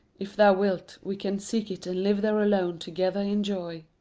if thou wilt, we can seek it and live there alone together in joy.